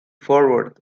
forward